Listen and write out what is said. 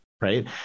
right